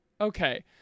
Okay